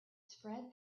spread